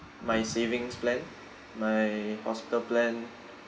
my savings plan my hospital plan